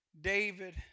David